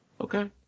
Okay